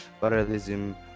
parallelism